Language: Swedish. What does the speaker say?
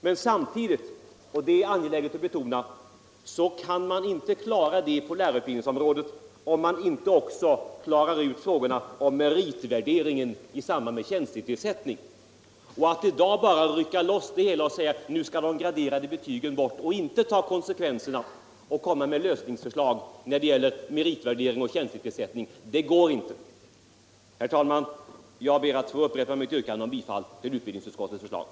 Men samtidigt — och det är angeläget att betona - måste man klara ut frågan om meritvärderingen i samband med tjänstetillsättning. Det går inte att i dag bara rycka ut frågan om betyg och säga att de graderade betygen skall bort men inte ta konsekvenserna och lägga fram förslag till lösning när det gäller meritvärderingen. Herr talman! Jag ber att få upprepa mitt yrkande om bifall till utbildningsutskottets hemställan.